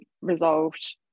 resolved